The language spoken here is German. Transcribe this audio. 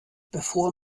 bevor